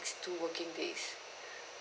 two working days